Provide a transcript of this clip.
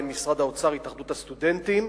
בין משרד האוצר והתאחדות הסטודנטים,